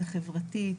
החברתית.